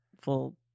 Full